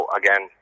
again